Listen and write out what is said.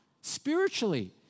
spiritually